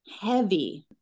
heavy